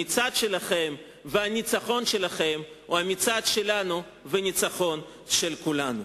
המצעד שלכם והניצחון שלכם הם המצעד שלנו והניצחון של כולנו.